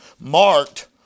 marked